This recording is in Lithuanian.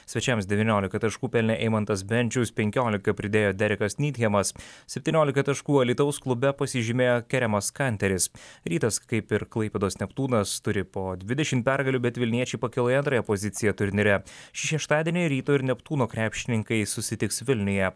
svečiams devyniolika taškų pelnė eimantas bendžius penkiolika pridėjo derekas nythemas septyniolika taškų alytaus klube pasižymėjo keremas kanteris rytas kaip ir klaipėdos neptūnas turi po dvidešim pergalių bet vilniečiai pakilo į antrąją poziciją turnyre šeštadienį ryto ir neptūno krepšininkai susitiks vilniuje